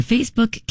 Facebook